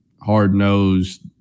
hard-nosed